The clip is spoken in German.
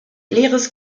leeres